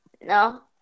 No